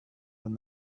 when